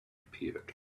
appeared